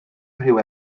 rhyw